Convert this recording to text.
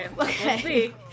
Okay